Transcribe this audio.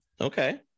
Okay